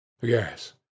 Yes